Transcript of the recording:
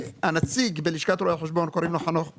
הנציג בלשכת רואי חשבון, קוראים לו חנוך בהגאון,